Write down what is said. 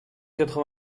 quatre